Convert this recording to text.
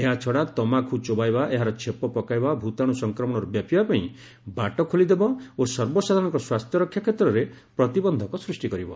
ଏହାଛଡ଼ା ତମାଖୁ ଚୋବାଇବା ଏହାର ଛେପ ପକାଇବା ଭୂତାଣୁ ସଂକ୍ରମଣ ବ୍ୟାପିବା ପାଇଁ ବାଟ ଖୋଲିଦେବ ଓ ସର୍ବସାଧାରଣଙ୍କ ସ୍ୱାସ୍ଥ୍ୟ ରକ୍ଷା କ୍ଷେତ୍ରରେ ପ୍ରତିବନ୍ଧକ ସ୍ନିଷ୍ଟି କରିବ